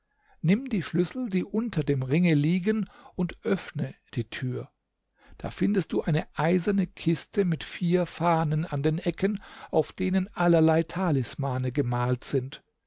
nimm die schlüssel die unter dem ringe liegen und öffne die tür da findest du eine eiserne kiste mit vier fahnen an den ecken auf denen allerlei talismane gemalt sind